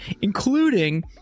including